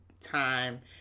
time